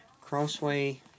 Crossway